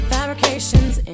Fabrications